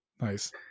Nice